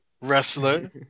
wrestler